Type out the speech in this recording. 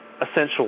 essential